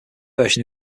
version